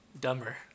dumber